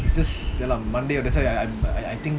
it's just ya lah monday that's why I I'm I think